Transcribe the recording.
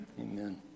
Amen